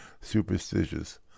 superstitious